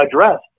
addressed